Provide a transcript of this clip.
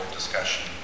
discussion